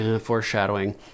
Foreshadowing